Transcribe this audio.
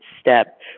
step